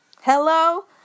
Hello